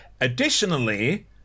Additionally